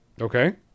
Okay